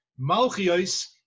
Malchios